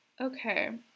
okay